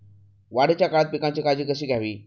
वाढीच्या काळात पिकांची काळजी कशी घ्यावी?